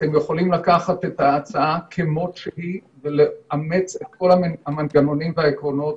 אתם יכולים לקחת את ההצעה כמות שהיא ולאמץ את כל המנגנונים והעקרונות